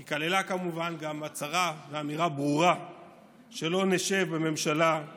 היא כללה כמובן גם הצהרה ואמירה ברורה שלא נשב בממשלה אם